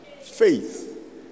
Faith